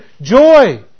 joy